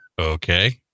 Okay